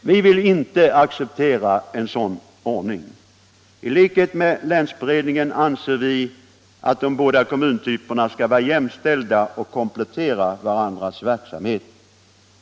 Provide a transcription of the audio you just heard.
Vi vill inte acceptera en sådan ordning. I likhet med länsberedningen anser vi att de båda kommuntyperna skall vara jämställda och komplettera varandras verksamhet.